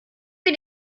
wir